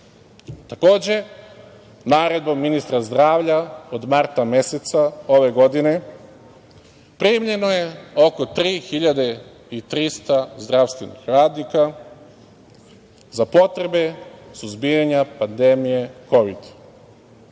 Takođe, naredbom ministra zdravlja od marta meseca ove godine primljeno je oko 3.300 zdravstvenih radnika za potrebe suzbijanja pandemije Kovid.